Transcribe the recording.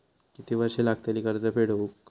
किती वर्षे लागतली कर्ज फेड होऊक?